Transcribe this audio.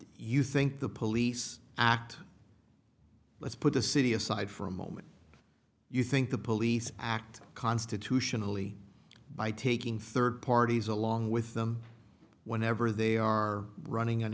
you think the police act let's put the city aside for a moment if you think the police act constitutionally by taking third parties along with them whenever they are running an